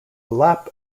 lap